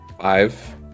five